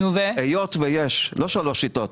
היות ויש לא שלוש שיטות,